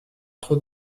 trop